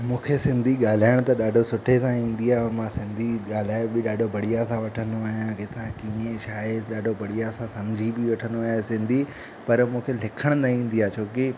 मूंखे सिंधी ॻाल्हाइण त ॾाढो सुठे सां ईंदी आहे ऐं मां सिंधी ॻालाए बि ॾाढो बढ़िया सां वठंदो आहियां किथां कीअं छा आहे ॾाढो बढ़िया सां सम्झी बि वठंदो आहियां सिंधी पर मूंखे लिखण न ईंदी आहे छोकी